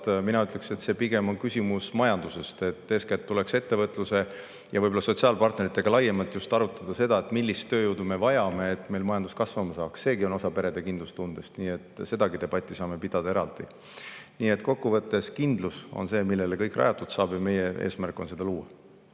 Mina ütleksin, et see on pigem küsimus majandusest. Eeskätt tuleks ettevõtluse ja võib-olla sotsiaalpartneritega laiemalt arutada seda, millist tööjõudu me vajame, et meil majandus kasvama saaks. Seegi on osa perede kindlustundest. Sedagi debatti saame pidada eraldi. Nii et kokkuvõttes on kindlus see, millele kõik rajatud saab, ja meie eesmärk on seda luua.